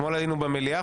אתמול היינו במליאה,